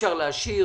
אי-אפשר להשאיר